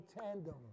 tandem